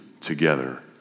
together